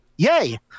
Yay